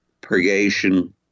purgation